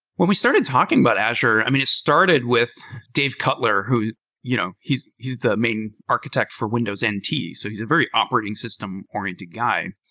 when we started talking about azure, i mean, it started with dave cutler who you know he's he's the main architect for windows and nt. so he's a very operating system-oriented guy.